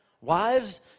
Wives